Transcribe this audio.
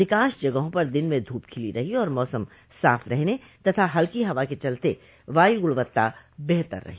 अधिकांश जगहों पर दिन में धूप खिली रही और मौसम साफ रहने तथा हल्की हवा के चलते वायु गुणवत्ता बेहतर रही